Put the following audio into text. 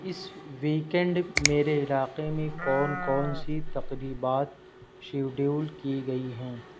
اس weekend میرے علاقے میں کون کون سی تقریبات شیڈیول کی گئی ہیں